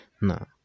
no